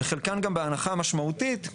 וחלקן גם בהנחה משמעותית.